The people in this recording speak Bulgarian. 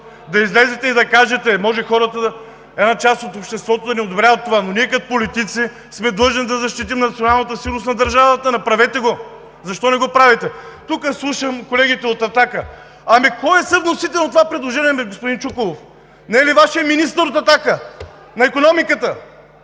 Да излезете и да кажете: може една част от обществото да не одобрява това, но ние, като политици, сме длъжни да защитим националната сигурност на държавата! Направете го. Защо не го правите? Тук слушам колегите от „Атака“. Кой е съвносител на това предложение, господин Чуколов? Не е ли Вашият министър от „Атака“ – на икономиката?